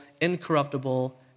incorruptible